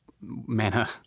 manner